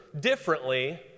differently